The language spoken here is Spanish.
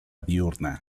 diurna